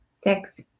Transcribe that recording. six